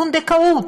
פונדקאות,